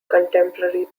contemporary